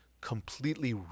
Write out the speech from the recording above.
completely